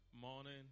morning